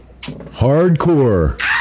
Hardcore